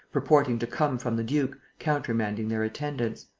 purporting to come from the duke, countermanding their attendance.